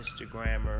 Instagrammer